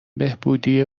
بهبودی